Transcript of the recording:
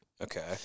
Okay